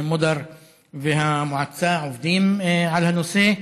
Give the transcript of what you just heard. מודר והמועצה עובדים על הנושא,